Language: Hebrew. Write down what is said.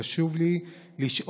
חשוב לי לשאול,